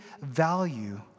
value